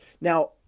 Now